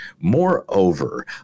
Moreover